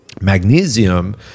Magnesium